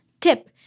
tip